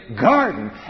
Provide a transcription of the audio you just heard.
garden